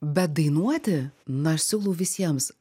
bet dainuoti na siūlau aš visiems